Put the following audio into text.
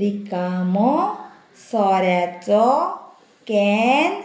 रिकामो सोऱ्याचो कॅन